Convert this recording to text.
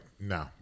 no